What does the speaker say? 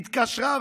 התקשרה,